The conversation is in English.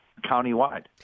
countywide